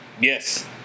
Yes